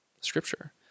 scripture